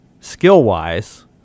skill-wise –